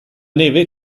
neve